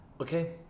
Okay